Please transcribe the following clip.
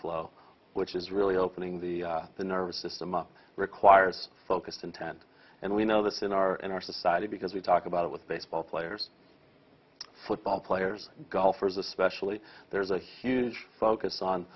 flow which is really opening the the nervous system up requires focus intent and we know this in our in our society because we talk about it with baseball players football players golfers especially there's a huge focus on